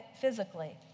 physically